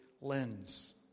lens